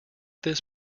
this